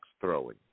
throwing